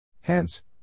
Hence